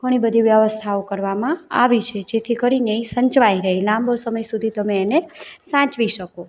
ઘણી બધી વ્યવસ્થાઓ કરવામાં આવી છે જેથી કરીને એ સચવાઈ રહે લાંબો સમય સુધી તમે એને સાચવી શકો